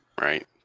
Right